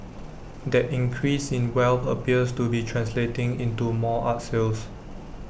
that increase in wealth appears to be translating into more art sales